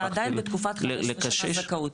אתה עדיין בתקופת 15 שנה זכאות.